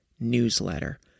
newsletter